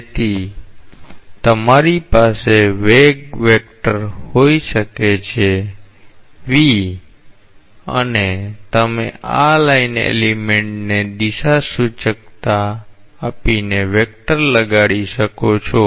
તેથી તમારી પાસે વેગ વેક્ટર હોઈ શકે છે v અને તમે આ લાઈન એલિમેન્ટને દિશાસૂચકતા આપીને વેક્ટર લગાડી શકો છો